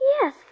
Yes